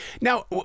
Now